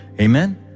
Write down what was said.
Amen